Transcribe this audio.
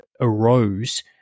arose